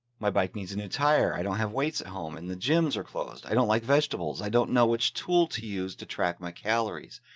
my bike needs an entire, i don't have weights at home and the gyms are closed. i don't like vegetables. i don't know which tool to use to track my calories.